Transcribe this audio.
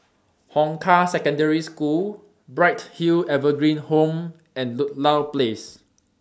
Hong Kah Secondary School Bright Hill Evergreen Home and Ludlow Place